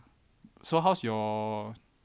so how's your